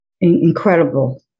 Incredible